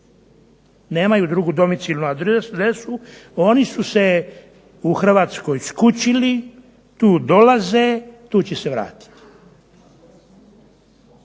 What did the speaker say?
nemaju drugu domicilnu adresu. Oni su se u Hrvatskoj skučili, tu dolaze, tu će se vratiti.